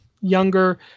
younger